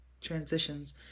transitions